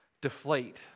deflate